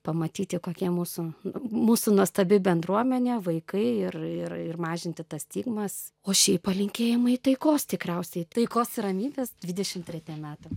pamatyti kokie mūsų mūsų nuostabi bendruomenė vaikai ir ir ir mažinti tas stigmas o šiaip palinkėjimai taikos tikriausiai taikos ir ramybės dvidešim tretiem metam